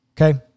Okay